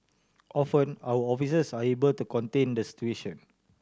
often our officers are able to contain the situation